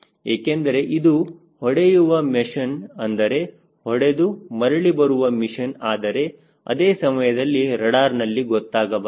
ಏಕೆಂದರೆ ಇದು ಹೊಡೆಯುವ ಮಿಷನ್ ಅಂದರೆ ಹೊಡೆದು ಮರಳಿ ಬರುವ ಮಿಷನ್ ಆದರೆ ಅದೇ ಸಮಯದಲ್ಲಿ ರಡಾರ್ನಲ್ಲಿ ಗೊತ್ತಾಗಬಾರದು